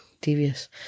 Devious